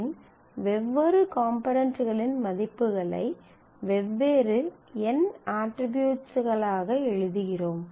t இன் வெவ்வேறு காம்போனென்ட்களின் மதிப்புகளை வெவ்வேறு n அட்ரிபியூட்ஸ்களாக எழுதுகிறோம்